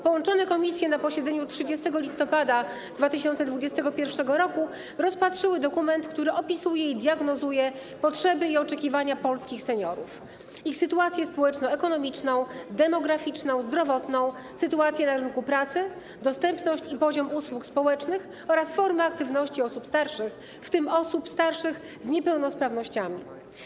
Połączone komisje na posiedzeniu 30 listopada 2021 r. rozpatrzyły dokument, który opisuje i diagnozuje potrzeby i oczekiwania polskich seniorów, ich sytuację społeczno-ekonomiczną, demograficzną, zdrowotną, sytuację na rynku pracy, dostępność i poziom usług społecznych oraz formę aktywności osób starszych, w tym osób starszych z niepełnosprawnościami.